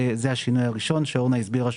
זה השינוי הראשון שאורנה ואגו הסבירה,